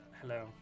hello